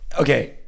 okay